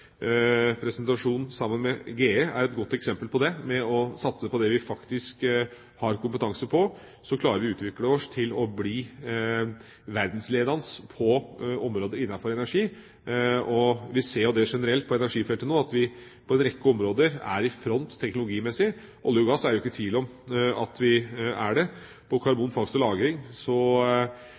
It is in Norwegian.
presentasjon sammen med GE er et godt eksempel på at når vi satser på det vi faktisk har kompetanse på, så klarer vi å utvikle oss til å bli verdensledende på områder innenfor energi. Vi ser det generelt på energifeltet nå at vi på en rekke områder er i front teknologimessig. På olje og gass er det ingen tvil om at vi er det. På karbonfangst og